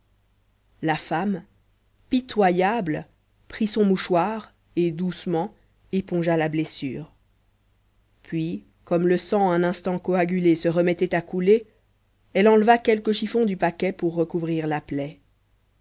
la femme pitoyable prit son mouchoir et doucement épongea la blessure puis comme le sang un instant coagulé se remettait à couler elle enleva quelques chiffons du paquet pour recouvrir la plaie